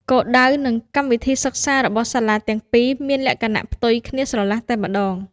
គោលដៅនិងកម្មវិធីសិក្សារបស់សាលាទាំងពីរមានលក្ខណៈផ្ទុយគ្នាស្រឡះតែម្តង។